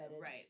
Right